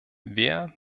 wer